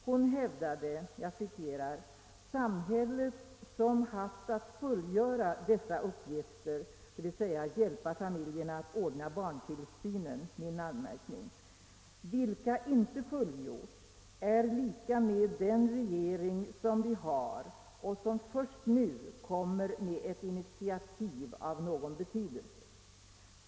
Hon hävdade: »Samhället, som haft att fullgöra dessa uppgifter» — dvs. hjälpa familjerna att ordna barntillsynen — »vilka inte fullgjorts, är lika med den regering som vi har och som först nu kommer med ett initiativ av någon betydelse.